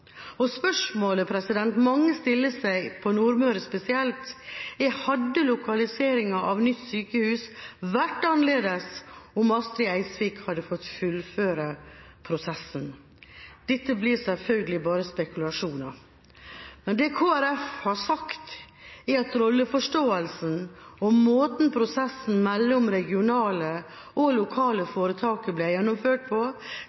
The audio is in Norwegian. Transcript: og spørsmålet mange stiller seg – på Nordmøre spesielt – er: Hadde lokaliseringa av nytt sykehus vært annerledes om Astrid Eidsvik hadde fått fullføre prosessen? Dette blir selvfølgelig bare spekulasjoner. Kristelig Folkeparti har derfor sagt at rolleforståelsen og måten prosessen mellom det regionale og det lokale foretaket ble gjennomført på,